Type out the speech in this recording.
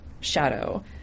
shadow